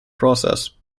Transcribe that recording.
process